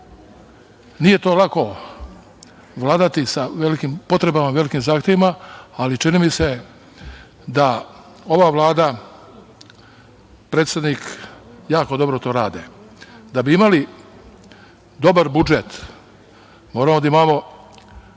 Nije lako vladati sa velikim potrebama, velikim zahtevima, ali čini mi se da ova Vlada, predsednik, jako dobro to rade. Da bi imali dobar budžet moramo da imamo